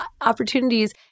opportunities